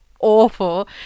awful